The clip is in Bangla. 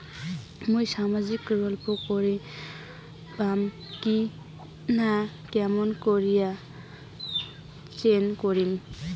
মুই সামাজিক প্রকল্প করির পাম কিনা কেমন করি চেক করিম?